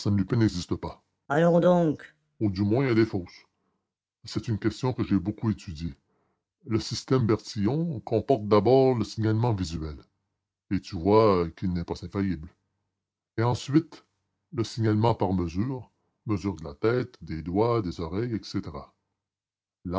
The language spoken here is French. n'existe pas allons donc ou du moins elle est fausse c'est une question que j'ai beaucoup étudiée le système bertillon comporte d'abord le signalement visuel et vous voyez qu'il n'est pas infaillible et ensuite le signalement par mesures mesure de la tête des doigts des oreilles etc